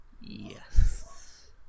Yes